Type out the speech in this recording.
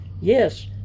Yes